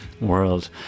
world